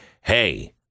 hey